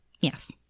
Yes